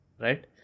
Right